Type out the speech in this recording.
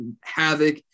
havoc